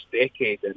decade